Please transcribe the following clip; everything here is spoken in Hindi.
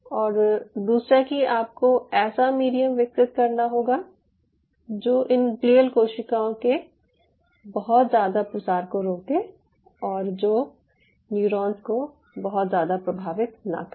और दूसरा कि आपको एक ऐसा मीडियम विकसित करना होगा जो इन ग्लियल कोशिकाओं के बहुत ज़्यादा प्रसार को रोके और जो न्यूरॉन्स को बहुत ज़्यादा प्रभावित न करे